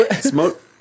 smoke